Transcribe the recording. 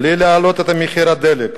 בלי להעלות את מחירי הדלק,